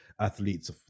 athletes